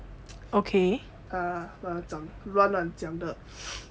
乱乱讲的